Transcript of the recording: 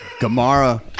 Gamara